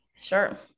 Sure